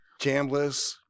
Chambliss